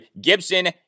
Gibson